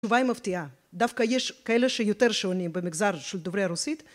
התשובה היא מפתיעה, דווקא יש כאלה שיותר שעונים במגזר של דוברי הרוסית